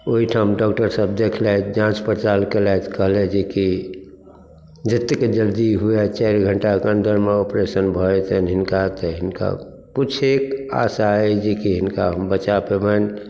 ओहिठाम डॉक्टरसभ देखलथि जाँच पड़ताल केलथि कहलथि जे कि जतेक जल्दी हुए चारि घण्टाके अन्दरमे ऑपरेशन भऽ जेतनि हिनका तऽ हिनका कुछेक आशा अछि जे कि हिनका हम बचा पेबनि